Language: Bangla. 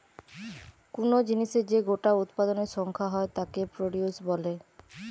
কুনো জিনিসের যে গোটা উৎপাদনের সংখ্যা হয় তাকে প্রডিউস বলে